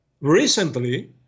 Recently